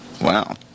Wow